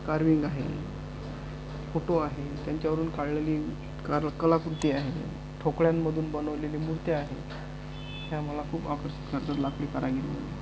carving आहे photo आहे त्यांच्यावरून काढलेली कार्व कलाकृती आहे ठोकळ्यांमधून बनवलेले मूर्त्या आहेत ह्या मला खूप आकर्षित करतात लाकडी कारागिरीमधे